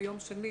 ביום שני